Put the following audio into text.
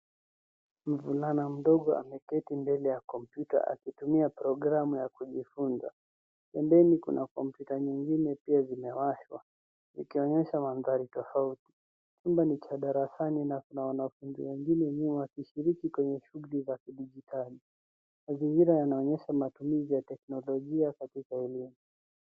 Mvulana mdogo ameketi mbele ya kompyuta akitumia programu ya kujifunza. Pembeni kuna kompyuta zingine pia zimewashwa zikionyesha mandhari tofauti. Chumba ni cha darasani na kuna wanafunzi wengine nyuma wakishiriki kwenye shughuli za kidijitali. Mazingira yanaonyesha matumizi ya teknolojia katika elimu.